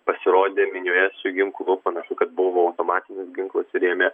pasirodė minioje su ginklu panašu kad buvo automatinis ginklas ir ėmė